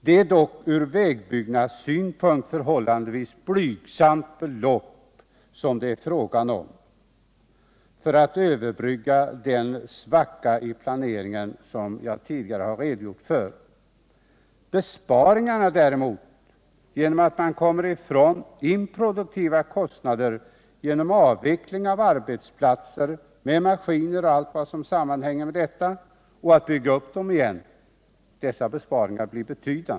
Det är dock från vägbyggnadssynpunkt fråga om ett förhållandevis blygsamt belopp för att överbrygga den svacka i planeringen som jag tidigare redogjort för. Besparingarna blir däremot betydande, eftersom man kommer ifrån de improduktiva kostnader som uppstår, om man måste avveckla arbetsplatser med maskiner och allt som därmed sammanhänger och sedan bygga upp dem igen.